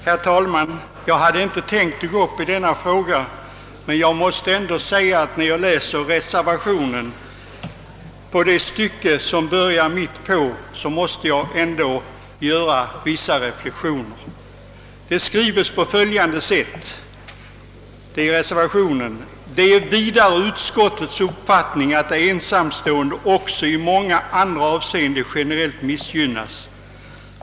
Herr talman! Jag hade inte tänkt yttra mig i denna fråga, men efter att ha läst reservationen måste jag ändå göra vissa reflexioner. Där skrives bl.a. på följande sätt: »Det är vidare utskottets uppfattning att de ensamstående också i många andra avseenden generellt missgynnas.